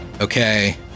Okay